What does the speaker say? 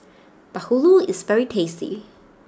Bahulu is very tasty